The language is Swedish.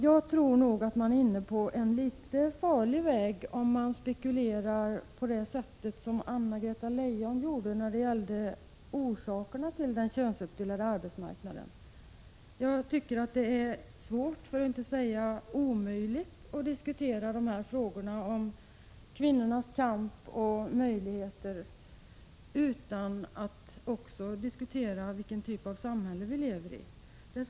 Jag tror att det är litet farligt att spekulera på det sätt som Anna-Greta Leijon gjorde när det gällde orsakerna till att vi har en könsuppdelad arbetsmarknad. Det är svårt, för att inte säga omöjligt att diskutera frågor som handlar om kvinnornas kamp och möjligheter, utan att samtidigt diskutera vilken typ av samhälle det är som vi lever i.